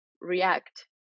react